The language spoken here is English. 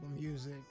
Music